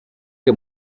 que